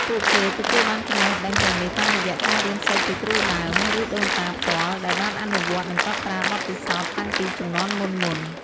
ពួកគេទទួលបានចំណេះដឹងទាំងនេះ តាមរយៈការរៀនសូត្រពីគ្រូដើម ឬដូនតាផ្ទាល់ ដែលបានអនុវត្តន៍ និងកត់ត្រាបទពិសោធន៍តាំងពីជំនាន់មុនៗ។